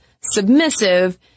submissive